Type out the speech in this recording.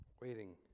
waiting